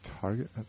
Target